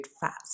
fats